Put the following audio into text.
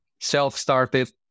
self-started